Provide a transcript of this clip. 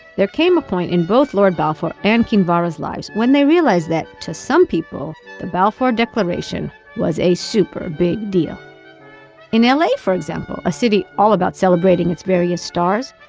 there came a point in both lord balfour and kinvara's lives when they realized that to some people the balfour declaration was a super big deal in la, for example, a city all about celebrating its various stars,